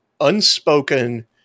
unspoken